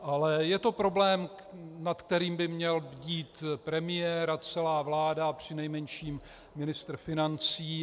Ale je to problém, nad kterým by měl bdít premiér a celá vláda a přinejmenším ministr financí.